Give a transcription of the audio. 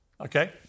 okay